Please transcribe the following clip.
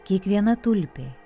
kiekviena tulpė